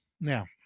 Now